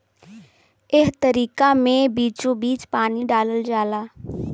एह तरीका मे बीचोबीच पानी डालल जाला